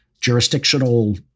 jurisdictional